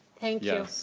thank you.